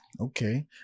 Okay